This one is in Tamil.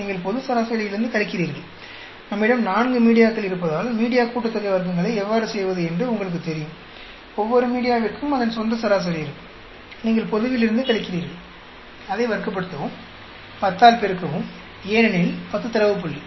நீங்கள் பொது சராசரியிலிருந்து கழிக்கிறீர்கள் நம்மிடம் நான்கு மீடியாக்கள் இருப்பதால் மீடியா கூட்டுத்தொகை வர்க்கங்களை எவ்வாறு செய்வது என்று உங்களுக்குத் தெரியும் ஒவ்வொரு மீடியாவிற்கும் அதன் சொந்த சராசரி இருக்கும் நீங்கள் பொதுவிலிருந்து கழிக்கிறீர்கள் அதை வர்க்கப்படுத்தவும் 10 ஆல் பெருக்கவும் ஏனெனில் 10 தரவு புள்ளி